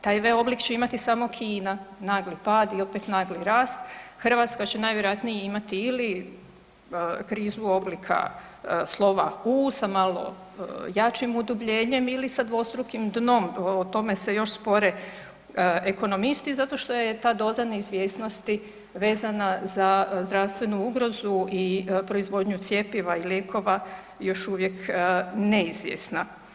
Taj V oblik će imati samo Kina, nagli pad i opet nagli rast, Hrvatska će najvjerojatnije imati ili krizu oblika slova U, sa malo jačim udubljenjem ili sa dvostrukim dnom, o tome se još spore ekonomisti zato što je ta doza neizvjesnosti vezana za zdravstvenu ugrozu i proizvodnju cjepiva i lijekova je još uvijek neizvjesna.